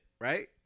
Right